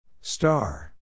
Star